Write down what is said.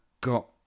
got